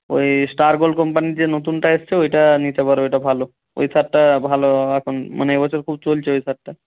ওই Star Gold কোম্পানির যে নতুনটা এসছে ওইটা নিতে পারো ওইটা ভালো ওই সারটা ভালো এখন মানে এ বছর খুব চলছে ওই সারটা